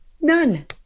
None